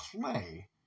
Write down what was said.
play